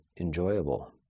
enjoyable